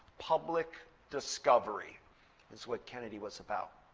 public discovery is what kennedy was about.